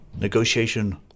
negotiation